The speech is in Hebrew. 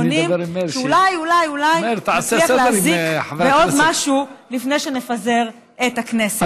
אולי אולי אולי נצליח להזיק לעוד משהו לפני שנפזר את הכנסת.